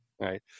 Right